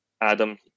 Adam